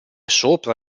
sopra